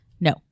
No